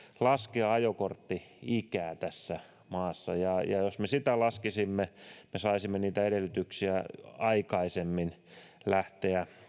laskea ajokortti ikää tässä maassa ja ja jos me sitä laskisimme me saisimme myöskin aikaisemmin edellytyksiä lähteä